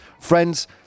Friends